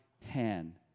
hand